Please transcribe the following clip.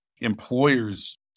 employers